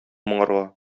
моңарга